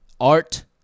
Art